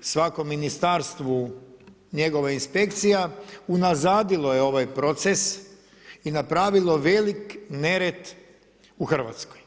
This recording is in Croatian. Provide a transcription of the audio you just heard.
svakom ministarstvu njegova inspekcija, unazadilo je ovaj proces i napravilo velik nered u Hrvatskoj.